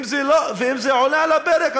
ואם זה עולה על הפרק,